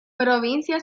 provincia